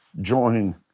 join